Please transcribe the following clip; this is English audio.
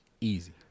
Easy